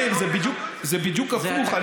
מאיר, זה בדיוק הפוך.